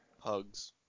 hugs